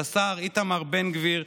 לשר איתמר בן גביר,